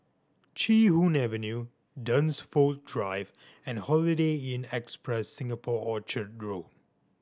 Chee Hoon Avenue Dunsfold Drive and Holiday Inn Express Singapore Orchard Road